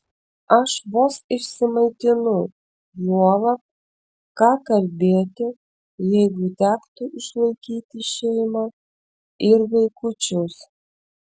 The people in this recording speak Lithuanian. aš vos išsimaitinu juolab ką kalbėti jeigu tektų išlaikyti šeimą ir vaikučius